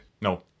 No